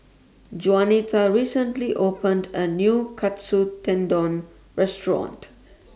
Jaunita recently opened A New Katsu Tendon Restaurant